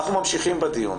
אנחנו ממשיכים בדיון.